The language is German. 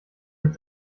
mit